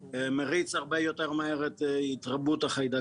אני לא רוצה להוסיף יותר מדי על דברים שאמרו קודמיי אלא רק לחדש.